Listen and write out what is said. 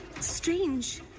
strange